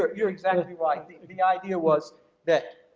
ah you're exactly right. the the idea was that,